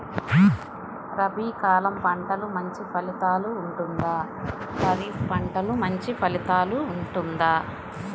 రబీ కాలం పంటలు మంచి ఫలితాలు ఉంటుందా? ఖరీఫ్ పంటలు మంచి ఫలితాలు ఉంటుందా?